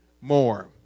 more